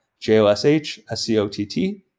J-O-S-H-S-C-O-T-T